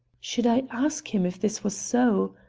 should i ask him if this was so?